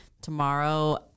Tomorrow